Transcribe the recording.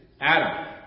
Adam